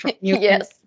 Yes